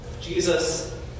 Jesus